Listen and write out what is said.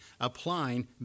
applying